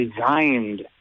designed